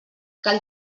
cal